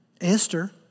Esther